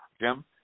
Jim